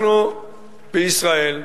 אנחנו, בישראל,